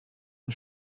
und